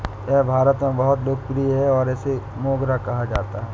यह भारत में बहुत लोकप्रिय है और इसे मोगरा कहा जाता है